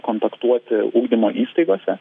kontaktuoti ugdymo įstaigose